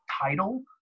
title